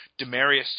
Demarius